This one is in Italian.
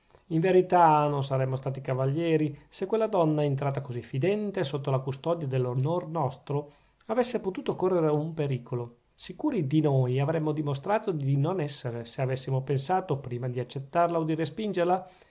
in verità non saremmo stati cavalieri se quella donna entrata così fidente sotto la custodia dell'onor nostro avesse potuto correre un pericolo sicuri di noi avremmo dimostrato di non essere se avessimo pensato prima di accettarla o di respingerla